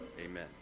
amen